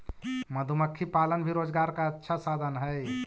मधुमक्खी पालन भी रोजगार का अच्छा साधन हई